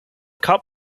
cup